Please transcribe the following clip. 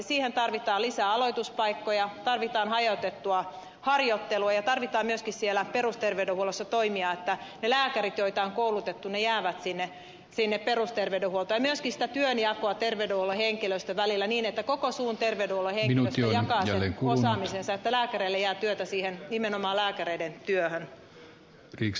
siihen tarvitaan lisää aloituspaikkoja tarvitaan hajautettua harjoittelua ja tarvitaan myöskin siellä perusterveydenhuollossa toimia että ne lääkärit joita on koulutettu jäävät sinne perusterveydenhuoltoon ja myöskin sitä työnjakoa terveydenhuollon henkilöstön välillä niin että koko suun terveydenhuollon henkilöstö jakaa sen osaamisensa että lääkäreille jää aikaa nimenomaan lääkäreiden työhön